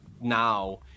now